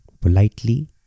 Politely